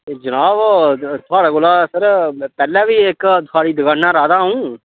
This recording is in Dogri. एह् जनाब थुआड़े कोला सर पैह्ले बी इक थुआड़ी दकानार आए दा अ'ऊं